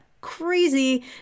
crazy